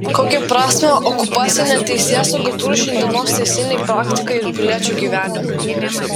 kokią prasmę okupacinė teisėsauga turi šiandienos teisinei praktikai ir piliečių gyvenimui